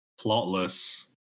plotless